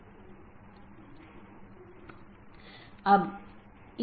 इसका मतलब है कि कौन से पोर्ट और या नेटवर्क का कौन सा डोमेन आप इस्तेमाल कर सकते हैं